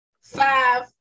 five